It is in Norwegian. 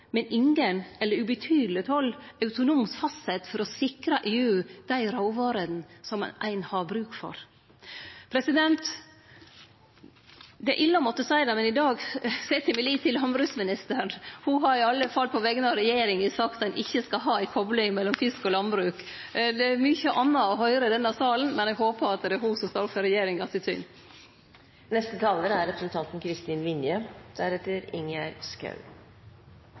men ingen eller ubetydeleg toll, autonomt fastsett for å sikre EU dei råvarene som ein har bruk for. Det er ille å måtte seie det, men i dag set eg min lit til landbruksministeren. Ho har i alle fall, på vegner av regjeringa, sagt at ein ikkje skal ha ei kopling mellom fisk og landbruk. Det er mykje anna å høyre i denne salen, men eg håpar at det er ho som står for